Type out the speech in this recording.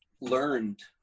learned